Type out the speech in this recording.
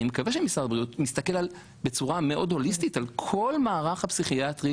אני מקווה שמשרד הבריאות מסתכל בצורה מאוד הוליסטי על כל המערך הפסיכיאטרי